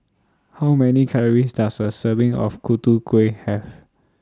How Many Calories Does A Serving of Kueh Have